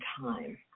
time